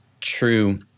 true